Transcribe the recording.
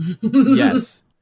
yes